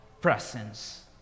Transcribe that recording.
presence